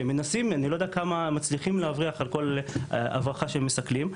שהם מנסים ואני לא יודע כמה מצליחים להבריח על כל הברחה שמסכלים,